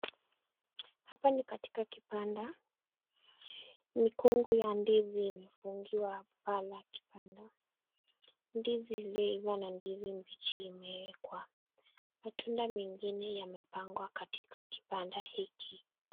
Hapa ni katika kibanda mikungu ya ndizi imefungiwa hapa la kibanda ndizi iliyoivaa na ndizi mbichi imewekwa. Matunda mengine yamepandwa katika kibanda hiki.